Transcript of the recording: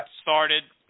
started